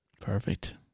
perfect